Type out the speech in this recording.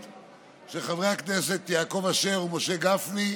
של חברי הכנסת יעקב אשר ומשה גפני.